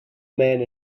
man